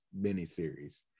miniseries